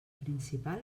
principal